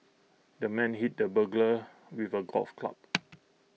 the man hit the burglar with A golf club